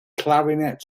clarinet